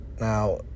now